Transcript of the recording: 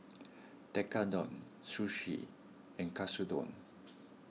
Tekkadon Sushi and Katsudon